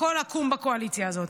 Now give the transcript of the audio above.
הכול עקום בקואליציה הזאת.